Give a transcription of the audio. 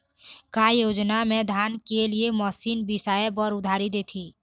का योजना मे धान के लिए मशीन बिसाए बर उधारी देथे?